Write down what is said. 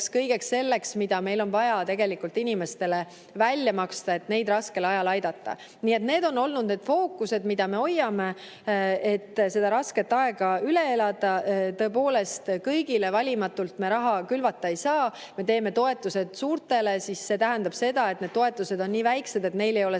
kõigeks selleks, mida meil on vaja inimestele välja maksta, et neid raskel ajal aidata. Nii et need on olnud need fookused, mida me hoiame, et see raske aeg üle elada. Tõepoolest, kõigile valimatult raha külvata ei saa. Kui me teeme toetused ka suurtele, siis see tähendab seda, et need toetused on nii väikesed, et neil ei ole